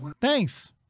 Thanks